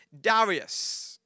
Darius